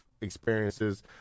experiences